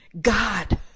God